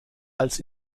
als